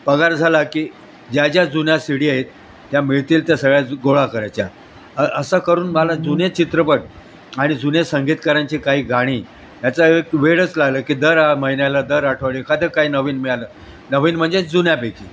पगार झाला की ज्या ज्या जुन्या सि डी आहेत त्या मिळतील त्या सगळ्या गोळा करायच्या असं करून मला जुने चित्रपट आणि जुन्या संगीतकारांची काही गाणी याचा एक वेडच लागलं की दर महिन्याला दर आठवडी एखादं काही नवीन मिळालं नवीन म्हणजेच जुन्यापैकी